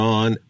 on